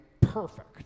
perfect